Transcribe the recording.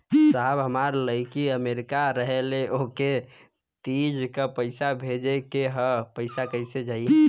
साहब हमार लईकी अमेरिका रहेले ओके तीज क पैसा भेजे के ह पैसा कईसे जाई?